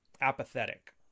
apathetic